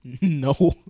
No